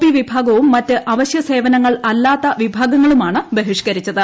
P വിഭാഗവും മറ്റ് അവശ്യസേവനങ്ങൾ അല്ലാത്ത വിഭാഗങ്ങളുമാണ് ബഹിഷ്കരിച്ചത്